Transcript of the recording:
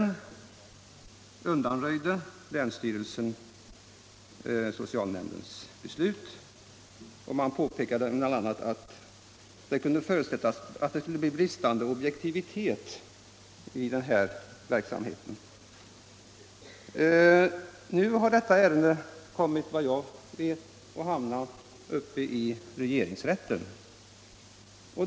Sedan undanröjde länsstyrelsen socialnämndens beslut, och man påpekade bl.a. att det kunde förutsättas att det skulle bli bristande objektivitet i den här verksamheten. Nu har detta ärende, efter vad jag har hört, hamnat i regeringsrätten.